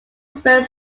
spent